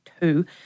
two